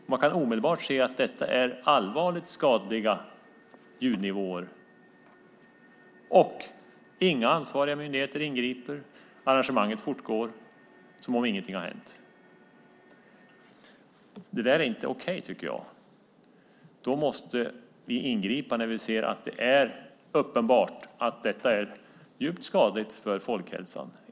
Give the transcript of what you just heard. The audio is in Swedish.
Då kan man omedelbart se att detta är allvarligt skadliga ljudnivåer. Inga ansvariga myndigheter ingriper. Arrangemanget fortgår som om ingenting hade hänt. Det är inte okej, tycker jag. När vi ser att det är uppenbart att det är skadligt för folkhälsan måste vi ingripa.